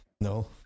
No